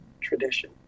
tradition